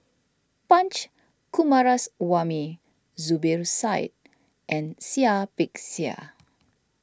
Punch Coomaraswamy Zubir Said and Seah Peck Seah